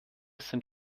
sind